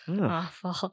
awful